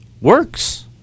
works